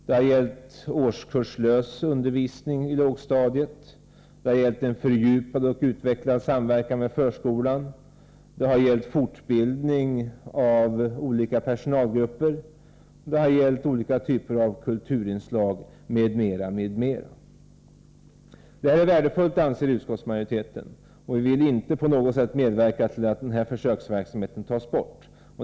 Det har gällt årskurslös undervisning på lågstadiet, en fördjupad och utvecklad samverkan med förskolan, fortbildning av olika personalgrup per, olika typer av kulturinslag m.m. Detta anser utskottsmajoriteten är värdefullt, och vi vill inte på något sätt medverka till att denna försöksverksamhet tas bort.